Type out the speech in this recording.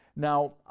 now,